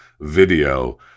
video